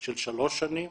של שלוש שנים.